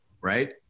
right